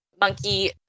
monkey